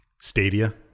Stadia